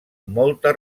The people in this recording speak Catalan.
molta